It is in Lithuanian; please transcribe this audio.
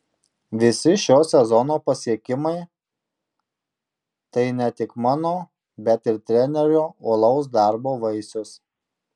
visi šio sezono pasiekimai tai ne tik mano bet ir trenerio uolaus darbo vaisius